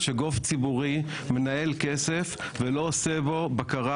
שגוף ציבורי מנהל כסף ולא עושה בו בקרה